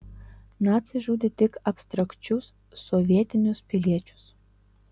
naciai žudė tik abstrakčius sovietinius piliečius